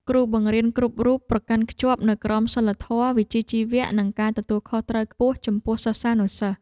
គ្រូបង្រៀនគ្រប់រូបប្រកាន់ខ្ជាប់នូវក្រមសីលធម៌វិជ្ជាជីវៈនិងការទទួលខុសត្រូវខ្ពស់ចំពោះសិស្សានុសិស្ស។